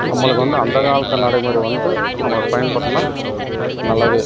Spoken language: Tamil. நம்மளுக்கு வந்து அந்த காலத்து நடைமுறை வந்து நம்பளுக்கு பயன்படுத்துனா நல்லது